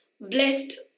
Blessed